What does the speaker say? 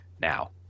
now